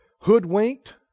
hoodwinked